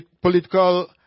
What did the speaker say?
political